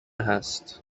هست